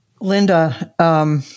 Linda